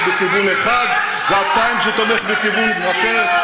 בכיוון אחד וה"Times" שתומך בכיוון אחר.